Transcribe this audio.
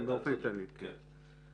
באופן כללי, כן.